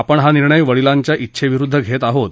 आपण हा निर्णय वडीलाच्या इच्छेविरुद्ध घेत आहोत